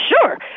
sure